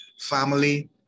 family